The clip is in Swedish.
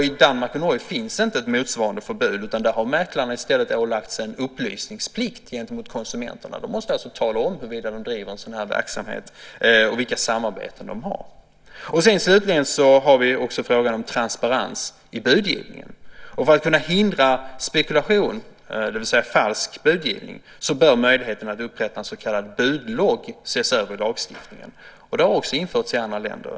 I Danmark och Norge finns inte motsvarande förbud. Där har mäklarna i stället ålagts en upplysningsplikt gentemot konsumenterna. De måste alltså tala om huruvida de driver en sådan här verksamhet och vilket samarbete de har. Slutligen har vi också frågan om transparens i budgivningen. För att kunna hindra spekulation, det vill säga falsk budgivning, bör möjligheten att upprätta en så kallad budlogg ses över i lagstiftningen. En sådan har också införts i andra länder.